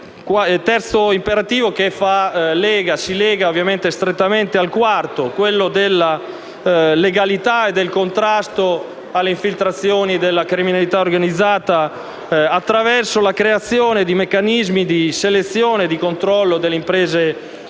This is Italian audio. gli interventi. Esso si lega strettamente al quarto, relativo alla legalità ed al contrasto alle infiltrazioni della criminalità organizzata attraverso la creazione di meccanismi di selezione e di controllo delle imprese incaricate